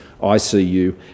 ICU